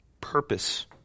purpose